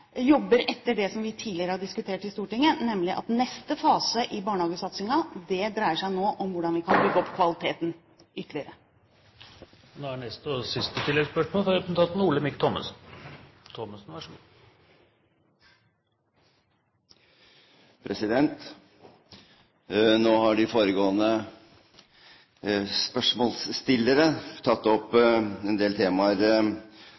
jobber etter det som vi tidligere har diskutert i Stortinget, nemlig at neste fase i barnehagesatsingen nå dreier seg om hvordan vi kan få opp kvaliteten ytterligere.